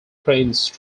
prince